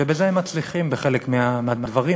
ובזה הם מצליחים בחלק מהדברים,